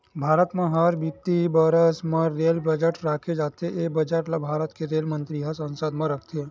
भारत म हर बित्तीय बरस म रेल बजट राखे जाथे ए बजट ल भारत के रेल मंतरी ह संसद म रखथे